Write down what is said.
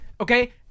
Okay